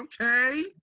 okay